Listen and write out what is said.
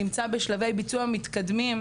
הוא נמצא בשלבי ביצוע מתקדמים,